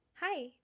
Hi